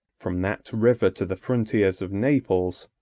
from that river to the frontiers of naples,